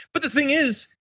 but the thing is,